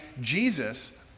Jesus